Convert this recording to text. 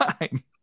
time